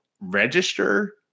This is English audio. register